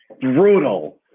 Brutal